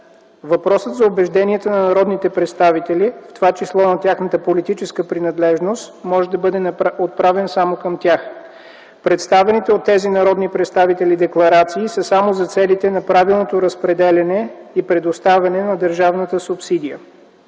Въпросът за убежденията на народните представители, в това число с тяхната политическа принадлежност може да бъде отправен само към тях. Представените от тези народни представители декларации са само за целите на правилното разпределяне и предоставяне на държавната субсидия.